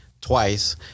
twice